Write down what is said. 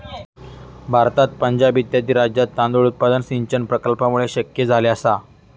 भारतात पंजाब इत्यादी राज्यांत तांदूळ उत्पादन सिंचन प्रकल्पांमुळे शक्य झाले आसा